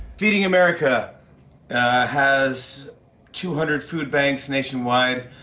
feeding america has two hundred food banks nationwide.